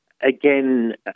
again